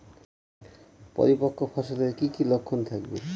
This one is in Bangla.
পরিপক্ক ফসলের কি কি লক্ষণ থাকবে?